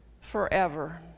forever